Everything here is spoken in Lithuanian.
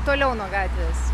toliau nuo gatvės